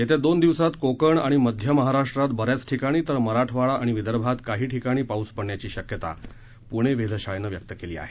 येत्या दोन दिवसांत कोकण आणि मध्य महाराष्ट्रात बऱ्याच ठिकाणी तर मराठवाडा आणि विदर्भात काही ठिकाणी पाऊस पडण्याची शक्यता पूणे वेधशाळेनं व्यक्त केली आहे